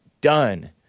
done